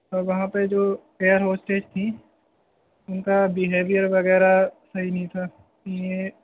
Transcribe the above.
اور وہاں پہ جو ایئر ہوسٹیج تھیں ان کا بیہیویر وغیرہ صحیح نہیں تھا یہ